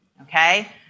okay